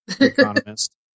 economist